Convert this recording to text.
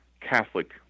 Catholic